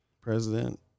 president